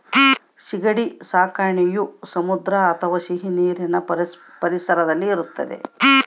ಸೀಗಡಿ ಸಾಕಣೆಯು ಸಮುದ್ರ ಅಥವಾ ಸಿಹಿನೀರಿನ ಪರಿಸರದಲ್ಲಿ ಇರುತ್ತದೆ